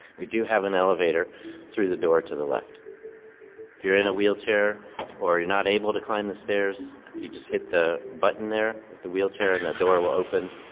we do have an elevator through the door to the left if you're in a wheelchair or you're not able to climb the stairs, you just hit the button there with the wheelchair and the door will open.